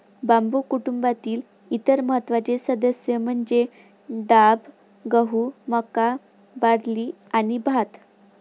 बांबू कुटुंबातील इतर महत्त्वाचे सदस्य म्हणजे डाब, गहू, मका, बार्ली आणि भात